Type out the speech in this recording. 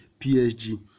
PSG